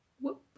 whoop